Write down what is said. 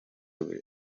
buri